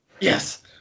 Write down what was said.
Yes